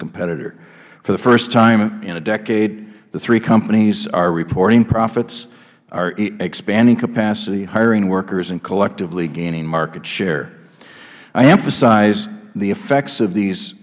competitor for the first time in a decade the three companies are reporting profits are expanding capacity hiring workers and collectively gaining market share i emphasize the effects of these